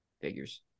figures